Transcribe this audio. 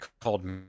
called